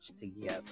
together